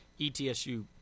ETSU